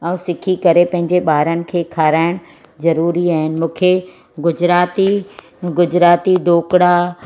ऐं सिखी करे पंहिंजे ॿारनि खे खाराइण ज़रूरी आहिनि मूंखे गुजराती गुजराती ढोकला